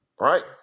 Right